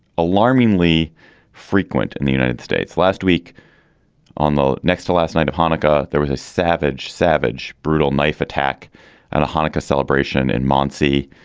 alarmingly frequent in the united states. last week on the next to last night of hanukkah, there was a savage, savage, brutal knife attack at a hanukkah celebration in mansi,